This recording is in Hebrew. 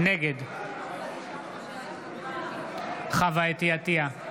נגד חוה אתי עטייה,